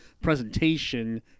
presentation